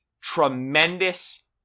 Tremendous